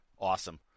awesome